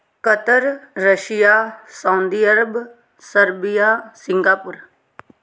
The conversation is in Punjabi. Qatar Russia Saudi Arab Serbia Singapore